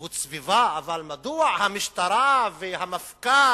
השר להגנת הסביבה, אבל מדוע המשטרה, המפכ"ל